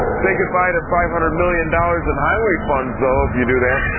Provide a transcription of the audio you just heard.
say goodbye to five hundred million dollars in highway funds though, if you do that.